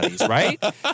right